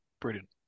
Brilliant